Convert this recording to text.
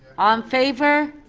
on favor?